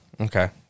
Okay